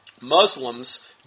Muslims